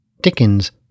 Dickens